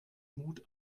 mut